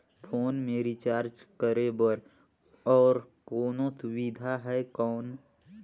Phone मे recharge करे बर और कोनो सुविधा है कौन?